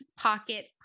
Pocket